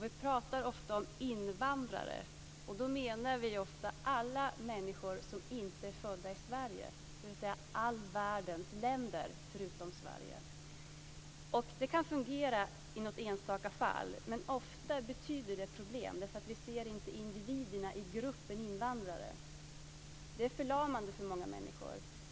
Vi talar ofta om invandrare, och då menar vi ofta alla människor som inte är födda i Sverige, dvs. från all världens länder förutom Sverige. Det kan fungera i något enstaka fall, men ofta betyder det problem därför att vi inte ser individerna i gruppen invandrare. Det är förlamande för många människor.